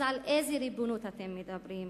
אז על איזו ריבונות אתם מדברים?